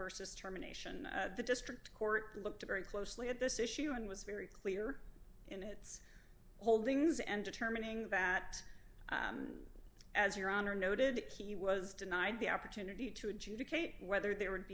versus terminations the district court looked very closely at this issue and was very clear in its holdings and determining that as your honor noted that he was denied the opportunity to adjudicate whether there would